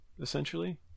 essentially